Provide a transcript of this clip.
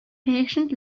patient